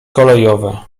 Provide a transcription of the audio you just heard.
kolejowe